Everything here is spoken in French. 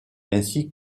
ainsi